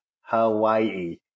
Hawaii